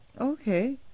Okay